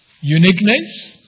uniqueness